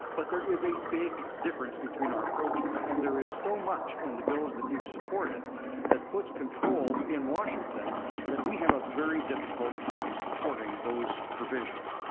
but there is a big difference between our approaches. and there is so much in the bills that you've supported that puts control in washington that we have a very difficult time supporting those provisions.